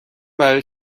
برای